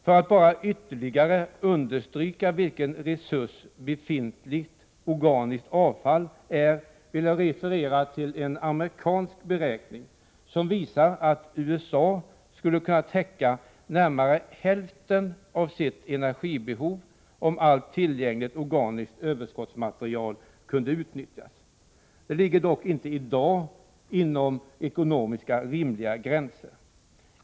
För att bara ytterligare understryka vilken resurs befintligt organiskt avfall utgör vill jag referera till en amerikansk beräkning, som visar att USA skulle kunna täcka närmare hälften av sitt energibehov om allt tillgängligt organiskt överskottsmaterial kunde utnyttjas. Detta ligger dock inte i dag inom ekonomiskt rimliga gränser.